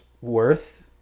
worth